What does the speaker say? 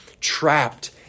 trapped